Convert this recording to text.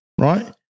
Right